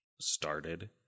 started